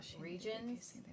regions